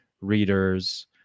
readers